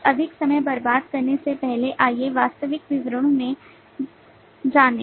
अब अधिक समय बर्बाद करने से पहले आइए वास्तविक विवरणों में जाने